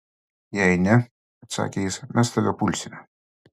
jei ne atsakė jis mes tave pulsime